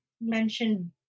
mentioned